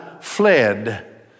fled